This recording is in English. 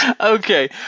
Okay